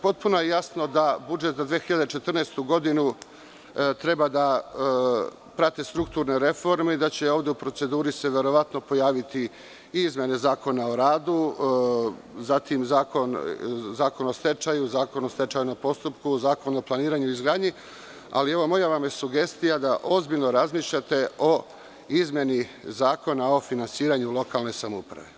Potpuno je jasno da budžet za 2014. godinu treba da prate strukturne reforme i da će se ovde u proceduri verovatno pojaviti i izmene Zakona o radu, zatim Zakon o stečaju, Zakon o stečajnom postupku, Zakona o planiranju i izgradnji, ali moja vam je sugestija da ozbiljno razmišljate o izmeni Zakona o finansiranju lokalne samouprave.